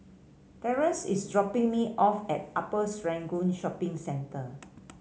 Terrance is dropping me off at Upper Serangoon Shopping Centre